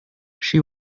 she